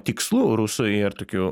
tikslų rusų ir tokių